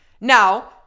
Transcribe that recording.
Now